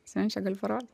siunčia galiu paro